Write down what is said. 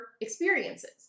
experiences